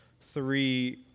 three